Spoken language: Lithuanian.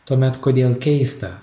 tuomet kodėl keista